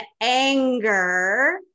anger